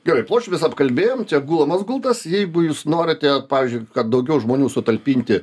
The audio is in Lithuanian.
gerai pluošves apkalbėjom čia gulomas gultas jeigu jūs norite vat pavyzdžiui kad daugiau žmonių sutalpinti